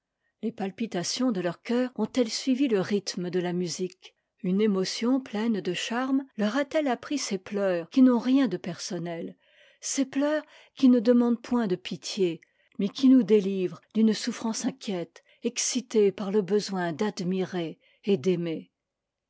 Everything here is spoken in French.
les palpitations de leur cœur ont-elles suivi le rhythme de la musique une émotion pleine de charmes leur a-t-elle appris ces pleurs qui n'ont rien de personnel ces pleurs qui ne demandent point de pitié mais qui nous délivrent d'une souffrance inquiète excitée par le besoin d'admirer et d'aimer